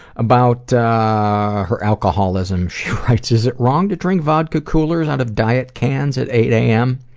about her alcoholism, she writes, is it wrong to drink vodka coolers out of diet cans at eight am?